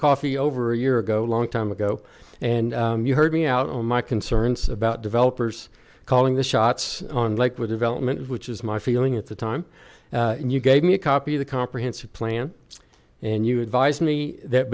coffee over a year ago a long time ago and you heard me out on my concerns about developers calling the shots on likely development which is my feeling at the time you gave me a copy of the comprehensive plan and you advised me that